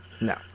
No